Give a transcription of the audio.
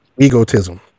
egotism